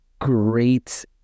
Great